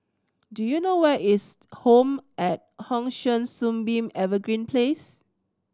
do you know where is Home at Hong San Sunbeam Evergreen Place